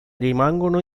rimangono